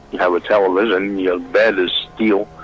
have a television. your bed is steel,